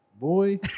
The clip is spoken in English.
Boy